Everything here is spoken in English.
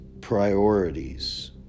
priorities